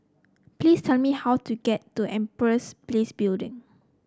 please tell me how to get to Empress Place Building